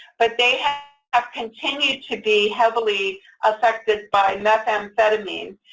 but they have have continued to be heavily affected by methamphetamines.